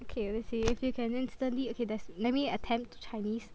okay let's see if you can instantly okay there's let me attempt Chinese